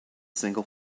single